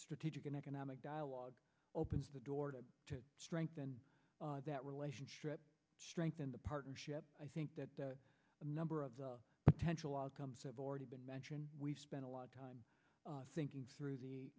strategic and economic dialogue opens the door to strengthen that relationship strengthen the partnership i think that a number of the potential outcomes have already been mentioned we've spent a lot of time thinking through